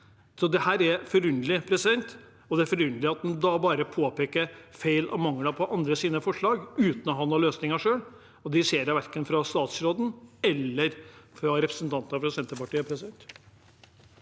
Dette er forunderlig, og det er forunderlig at en da bare påpeker feil og mangler ved andres forslag uten å ha noen løsninger selv – og det ser jeg verken fra statsråden eller fra representanter fra Senterpartiet. Ingrid